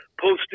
posting